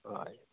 हय